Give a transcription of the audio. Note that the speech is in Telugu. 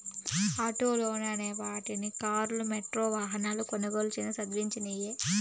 ఆటో లోన్లు అనే వాటిని కార్లు, మోటారు వాహనాల కొనుగోలుకి సంధించినియ్యి